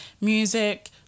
music